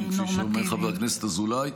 כפי שאומר חבר הכנסת אזולאי.